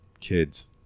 kids